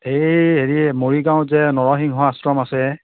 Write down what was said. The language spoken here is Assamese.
এই হেৰি মৰিগাঁওত যে নৰসিংহ আশ্ৰম আছে